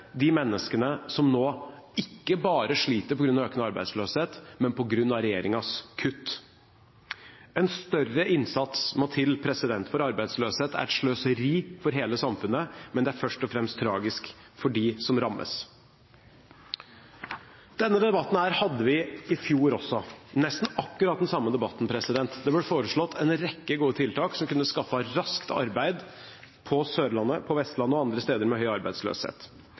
bare sliter på grunn av økende arbeidsløshet, men på grunn av regjeringens kutt. En større innsats må til, for arbeidsløshet er et sløseri for hele samfunnet, men det er først og fremst tragisk for dem som rammes. Denne debatten hadde vi i fjor også – nesten akkurat den samme debatten. Det ble foreslått en rekke gode tiltak som raskt kunne skaffet arbeid på Sørlandet, Vestlandet og andre steder med høy arbeidsløshet.